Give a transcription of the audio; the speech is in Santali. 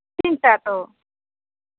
ᱛᱤᱱᱴᱟ ᱛᱚ